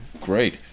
great